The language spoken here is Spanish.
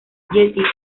jesse